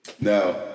Now